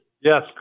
Yes